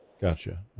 Gotcha